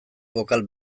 bokal